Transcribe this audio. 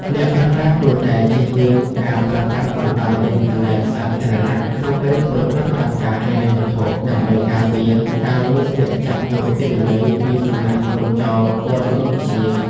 អ្នកប្រើប្រាស់គួរតែជៀសវាងការប្រើប្រាស់បណ្ដាញអ៊ីនធឺណិតសាធារណៈ ក្នុងពេលធ្វើប្រតិបត្តិការហិរញ្ញវត្ថុ ដើម្បីការពារការលួចស្ទាក់ចាប់យកទិន្នន័យពីសំណាក់ក្រុមចោរព័ត៌មានវិទ្យា។